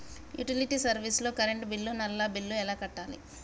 Utility service లో current bill, నల్లా bill ఎలా కట్టాలి?